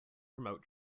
promote